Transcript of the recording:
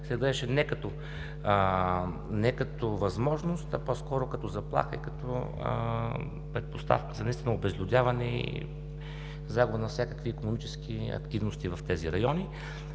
гледаше не като възможност, а по-скоро като заплаха и като предпоставка за наистина обезлюдяване и загуба на всякакви икономически активности в тези райони.